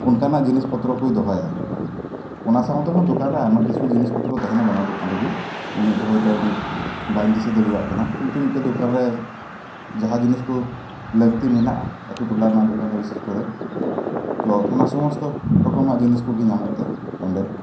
ᱚᱱᱠᱟᱱᱟᱜ ᱡᱤᱱᱤᱥ ᱯᱚᱛᱨᱚ ᱠᱚᱭ ᱫᱚᱦᱚᱭᱟ ᱚᱱᱟ ᱥᱟᱶᱛᱮᱦᱚᱸ ᱫᱚᱠᱟᱱ ᱨᱮ ᱟᱭᱢᱟ ᱠᱤᱪᱷᱩ ᱡᱤᱱᱤᱥ ᱯᱚᱛᱨᱚ ᱛᱟᱦᱮᱱᱟ ᱵᱟᱱᱟᱨ ᱫᱚᱠᱟᱱ ᱨᱮᱜᱮ ᱩᱱᱟᱹᱜ ᱫᱚ ᱦᱚᱭᱛᱚ ᱱᱤᱛ ᱵᱟᱹᱧ ᱫᱤᱥᱟᱹ ᱫᱟᱲᱮᱣᱟᱜ ᱠᱟᱱᱟ ᱠᱤᱱᱛᱩ ᱢᱤᱫᱴᱮᱱ ᱫᱚᱠᱟᱱ ᱨᱮ ᱡᱟᱦᱟᱸ ᱡᱤᱱᱤᱥ ᱠᱚ ᱞᱟᱹᱠᱛᱤ ᱢᱮᱱᱟᱜᱼᱟ ᱟᱹᱛᱩ ᱴᱚᱞᱟ ᱨᱮᱱᱟᱜ ᱫᱚᱠᱟᱱ ᱨᱮ ᱵᱤᱥᱮᱥ ᱠᱚᱨᱮ ᱛᱚ ᱚᱱᱟ ᱥᱚᱢᱚᱥᱛᱚ ᱨᱚᱠᱚᱢᱟᱜ ᱡᱤᱱᱤᱥ ᱠᱚᱜᱮ ᱧᱟᱢᱚᱜ ᱛᱮ ᱚᱸᱰᱮ